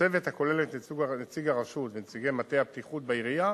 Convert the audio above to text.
צוות הכולל את נציג הרשות ונציגי מטה הבטיחות בעירייה